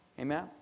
Amen